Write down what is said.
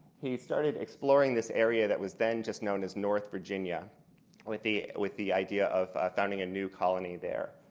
he started exploring this area that was then just known as north virginia with the with the idea of founding a new colony there.